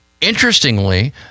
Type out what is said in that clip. Interestingly